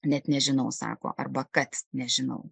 net nežinau sako arba kad nežinau